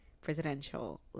presidential